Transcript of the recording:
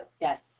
Yes